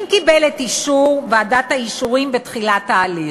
אם קיבל את אישור ועדת האישורים בתחילת ההליך.